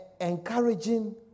encouraging